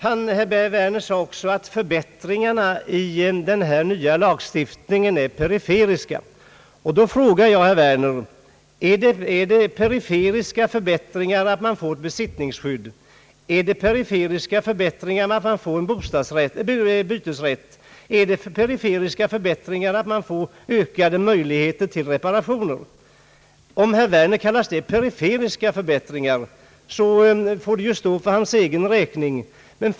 Herr Werner sade även att förbättringarna i denna nya lagstiftning är periferiska. Då frågar jag herr Werner: Är det periferiska förbättringar att man får ett besittningsskydd? Är det periferiska förbättringar att man får bytesrätt? Är det periferiska förbättringar att man får ökade möjligheter till reparationer? Om herr Werner kallar detta periferiska förbättringar, får det stå för hans egen räkning.